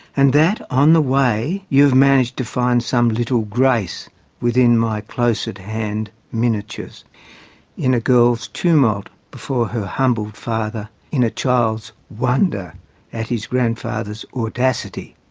and that, on the way, you have managed to find some little grace within my close-at-hand miniatures in a girl's tumult before her humbled father, in a child's wonder at his grandfather's audacity,